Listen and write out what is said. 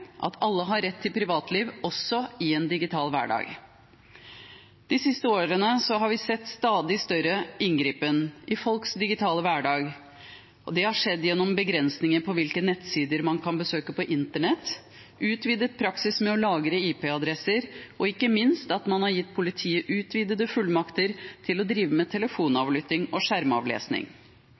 at alle har rett til privatliv også i en digital hverdag. De siste årene har vi sett stadig større inngripen i folks digitale hverdag, og det har skjedd gjennom begrensninger på hvilke nettsider man kan besøke på internett, utvidet praksis med å lagre IP-adresser, og ikke minst at man har gitt politiet utvidede fullmakter til å drive med telefonavlytting og skjermavlesning.